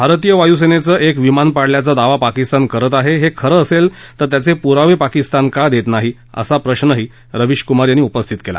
भारतीय वायूसेनेचं एक विमान पाडल्याचा दावा पाकिस्तान करत आहे हे खरं असेल तर त्याचे पुरावे पाकिस्तान का देत नाही असा सवालही रविशकुमार यांनी केला